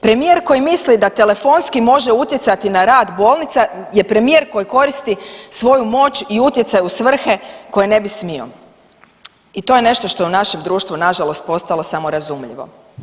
Premijer koji misli da telefonski može utjecati na rad bolnica je premijer koji koristi svoju moć i utjecaj u svrhe koje ne bi smio i to je nešto što je u našem društvu nažalost postalo samo razumljivo.